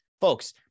Folks